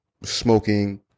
smoking